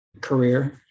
career